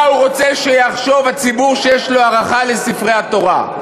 מה הוא רוצה שיחשוב הציבור שיש לו הערכה לספרי התורה?